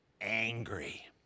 angry